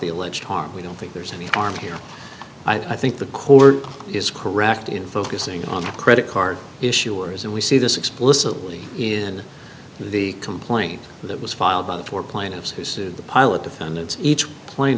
the alleged harm we don't think there's any harm here i think the court is correct in focusing on the credit card issuers and we see this explicitly in the complaint that was filed by the four plaintiffs who sued the pilot defendants each pla